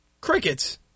Crickets